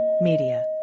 Media